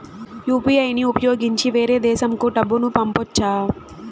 UPI ని ఉపయోగించి వేరే దేశంకు డబ్బును పంపొచ్చా?